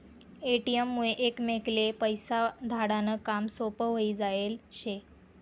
ATM मुये एकमेकले पैसा धाडा नं काम सोपं व्हयी जायेल शे